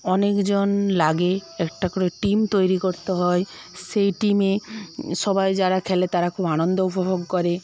অনেকজন লাগে একটা করে টিম তৈরি করতে হয় সেই টিমে সবাই যারা খেলে তারা খুব আনন্দ উপভোগ করে